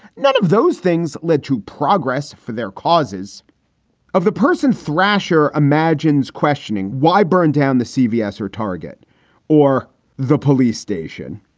none of those things led to progress for their causes of the person, thrasher imagines questioning why burn down the cbs or target or the police station?